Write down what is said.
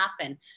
happen